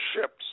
ships